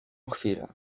chwilę